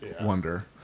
wonder